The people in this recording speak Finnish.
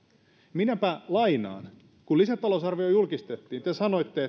minäpä lainaan kun lisätalousarvio julkistettiin te te sanoitte